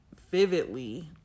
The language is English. vividly